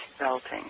belting